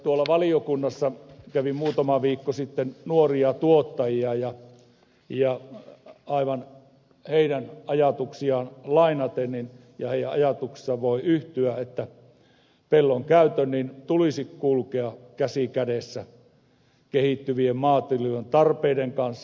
valiokunnassa kävi muutama viikko sitten nuoria tuottajia ja heidän ajatuksiaan lainaten ja heidän ajatuksiinsa voi yhtyä pellon käytön tulisi kulkea käsi kädessä kehittyvien maatilojen tarpeiden kanssa